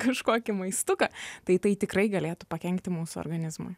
kažkokį maistuką tai tai tikrai galėtų pakenkti mūsų organizmui